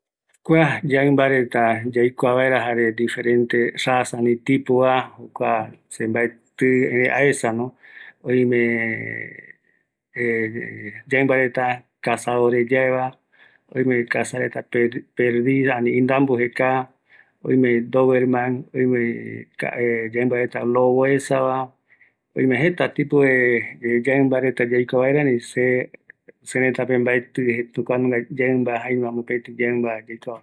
Kua yaɨmbareta caseria pegua, yaɨmba policia, doberman, peniche, oïme jeta ko yaɨmba reta